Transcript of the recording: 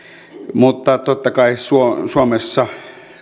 mutta totta kai suomessa